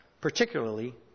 particularly